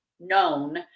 known